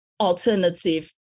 alternative